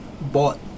bought